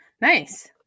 Nice